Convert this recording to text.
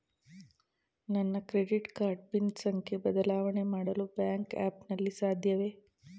ನನ್ನ credit card PIN ಸಂಖ್ಯೆ ಬದಲಾವಣೆ ಮಾಡಲು ಬ್ಯಾಂಕ್ ಆ್ಯಪ್ ನಲ್ಲಿ ಸಾಧ್ಯವೇ?